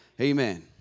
Amen